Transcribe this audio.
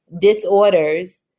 disorders